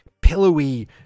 pillowy